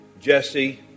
Jesse